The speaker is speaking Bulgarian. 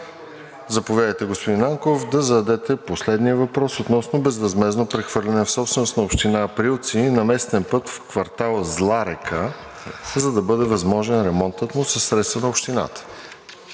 Заповядайте, господин Нанков, да зададете последния въпрос относно безвъзмездно прехвърляне в собственост на община Априлци на местен път в квартал „Зла река“, за да бъде възможен ремонтът му със средства на общината.